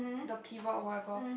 the pivot whatever